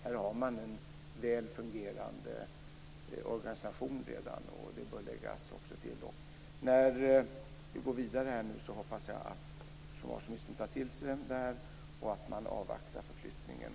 Här finns redan en väl fungerande organisation, vilket bör tilläggas. Inför fortsättningen hoppas jag att försvarsministern tar till sig detta och avvaktar med förflyttningen.